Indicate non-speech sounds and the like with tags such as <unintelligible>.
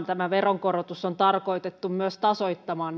<unintelligible> tämä veronkorotus on nimenomaan tarkoitettu myös tasoittamaan <unintelligible>